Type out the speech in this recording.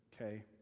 Okay